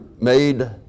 made